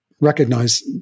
recognize